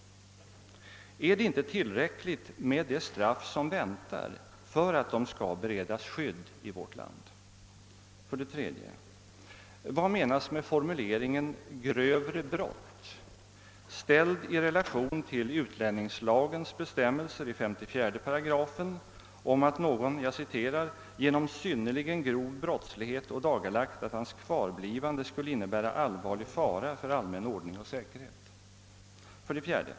Är inte det straff som väntar i USA tillräckligt för att vederbörande skall beredas asyl i vårt land? 3. Vad menas med formuleringen »grövre brott» ställd i relation till bestämmelserna i 54 § utlänningslagen om den som »genom synnerligen grov brottslighet ådagalagt, att hans kvarblivande här skulle innebära en allvarlig fara för allmän ordning och säkerhet»? 4.